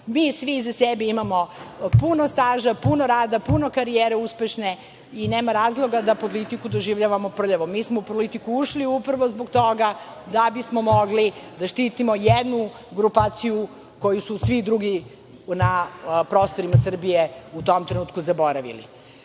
Mi svi iza sebe imamo puno staža, puno rada, puno karijere uspešne i nema razloga da politiku doživljavamo prljavo. Mi smo u politiku ušli upravo zbog toga da bismo mogli da štitimo jednu grupaciju koju su svi drugi na prostoru Srbije u tom trenutku zaboravili. Što